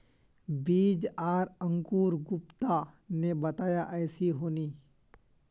बीज आर अंकूर गुप्ता ने बताया ऐसी होनी?